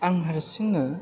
आं हारसिंनो